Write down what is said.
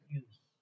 use